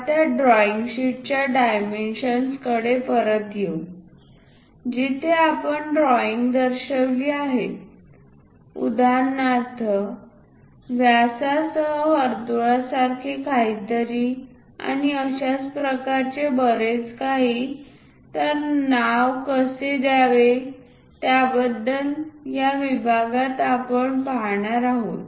आता ड्रॉईंग शीटच्या डायमेन्शन्स कडे परत येऊ जिथे आपण ड्रॉईंग दर्शविली आहेत उदाहरणार्थ व्यासासह वर्तुळासारखे काहीतरी आणि अशाच प्रकारचे बरेच काही तर नाव कसे द्यावे त्याबद्दल या विभागात आपण पाहणार आहोत